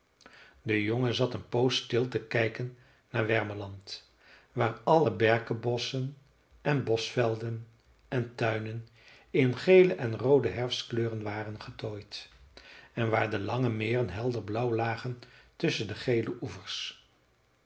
de jongen zat een poos stil te kijken naar wermeland waar alle berkenbosschen en boschvelden en tuinen in gele en roode herfstkleuren waren getooid en waar de lange meren helderblauw lagen tusschen de gele oevers